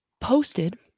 posted